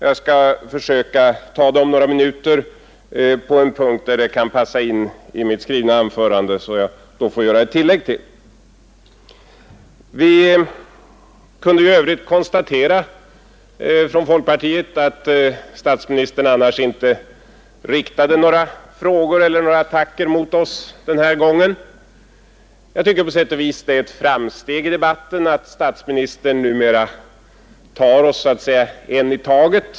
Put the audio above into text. Jag skall försöka lämna det om några minuter på en punkt där det kan passa in i mitt skrivna anförande, som jag då får göra ett tillägg till. Vi från folkpartiet kunde i övrigt konstatera att statsministern annars inte riktade några frågor eller några attacker mot oss denna gång. Jag tycker på sätt och vis att det är ett framsteg i debatten att statsministern numera tar oss så att säga en i taget.